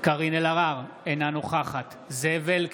קארין אלהרר, אינה נוכחת זאב אלקין,